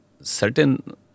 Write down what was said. certain